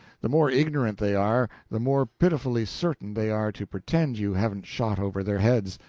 the more ignorant they are, the more pitifully certain they are to pretend you haven't shot over their heads.